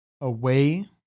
away